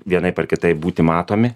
vienaip ar kitaip būti matomi